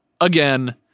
again